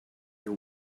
your